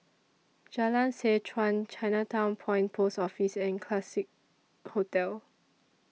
Jalan Seh Chuan Chinatown Point Post Office and Classique Hotel